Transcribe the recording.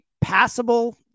passable